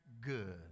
good